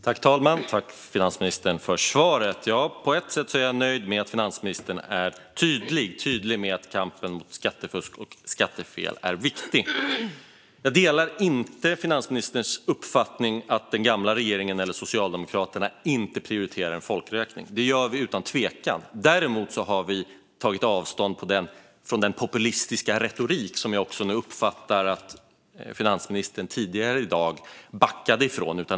Herr talman! Tack, finansministern, för svaret! På ett sätt är jag nöjd med att finansministern är tydlig med att kampen mot skattefusk och skattefel är viktig. Jag delar dock inte finansministerns uppfattning att den gamla regeringen och Socialdemokraterna inte prioriterar en folkräkning. Det gör vi utan tvekan. Däremot har vi tagit avstånd från den populistiska retorik som jag också uppfattar att finansministern backade ifrån tidigare i dag.